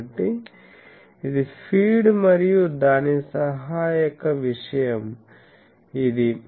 కాబట్టి ఇది ఫీడ్ మరియు దాని సహాయక విషయం ఇది